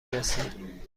رسی